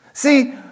See